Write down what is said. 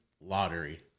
lottery